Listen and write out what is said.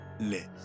list